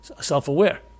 self-aware